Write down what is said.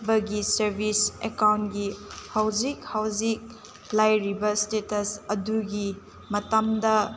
ꯄꯒꯤ service ꯑꯦꯛꯀꯥꯎꯟꯒꯤ ꯍꯧꯖꯤꯛ ꯍꯧꯖꯤꯛ ꯂꯩꯔꯤꯕ ꯏꯁꯇꯦꯇꯁ ꯑꯗꯨꯒꯤ ꯃꯇꯝꯗ